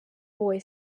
boy